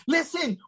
Listen